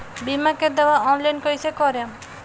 बीमा के दावा ऑनलाइन कैसे करेम?